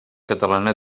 catalana